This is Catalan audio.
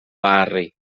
barri